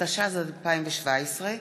התשע"ז 2017,